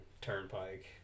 Turnpike